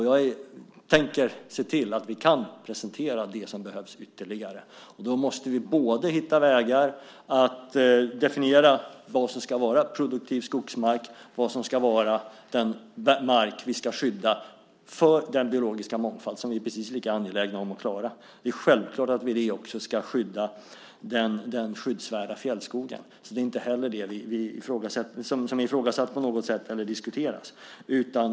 Jag tänker se till att vi kan presentera det som behövs ytterligare. Vi måste hitta vägar att definiera vad som ska vara produktiv skogsmark och mark som ska skyddas i fråga om biologisk mångfald. Vi är lika angelägna om att klara detta. Det är självklart att vi ska skydda den skyddsvärda fjällskogen. Det är inte heller ifrågasatt eller omdiskuterat.